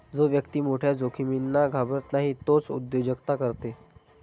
जो व्यक्ती मोठ्या जोखमींना घाबरत नाही तोच उद्योजकता करते